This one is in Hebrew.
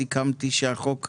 רק של קופות החולים?